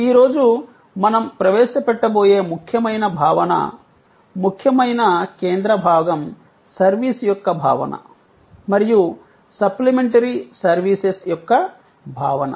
ఈ రోజు మనం ప్రవేశపెట్టబోయే ముఖ్యమైన భావన ముఖ్యమైన కేంద్ర భాగం సర్వీస్ యొక్క భావన మరియు సప్లిమెంటరీ సర్వీసెస్ యొక్క భావన